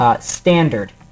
standard